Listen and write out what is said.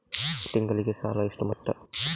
ತಿಂಗಳಿಗೆ ಸಾಲ ಎಷ್ಟು ಮೊತ್ತ?